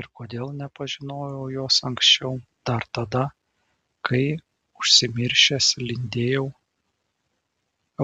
ir kodėl nepažinojau jos anksčiau dar tada kai užsimiršęs lindėjau